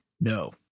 No